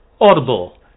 Audible